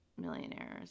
millionaires